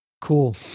Cool